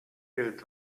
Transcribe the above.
gilt